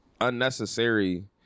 unnecessary